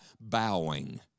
bowing